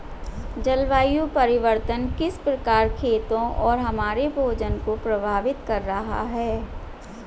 जलवायु परिवर्तन किस प्रकार खेतों और हमारे भोजन को प्रभावित कर रहा है?